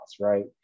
right